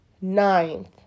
ninth